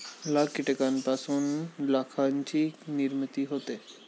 लाख कीटकांपासून लाखाची निर्मिती होते